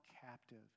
captive